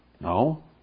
No